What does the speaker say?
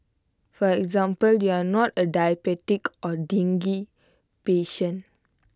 for example you are not A diabetic or dengue patient